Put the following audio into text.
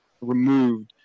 removed